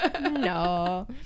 no